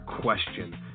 question